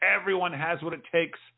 everyone-has-what-it-takes